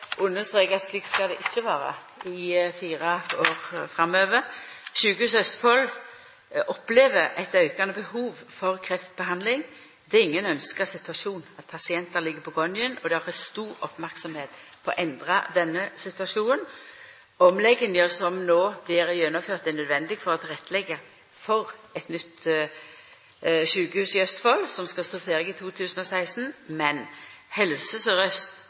understreka at slik skal det ikkje vera i fire år framover. Sykehuset Østfold opplever eit aukande behov for kreftbehandling. Det er ikkje ein ynskt situasjon at pasientar ligg på gangen, og det er stor merksemd retta mot å endra denne situasjonen. Omlegginga som no blir gjennomført, er nødvendig for å tilretteleggja for eit nytt sjukehus i Østfold som skal stå ferdig i 2016. Men Helse